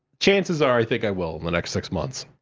chances are, i think i will in the next six months.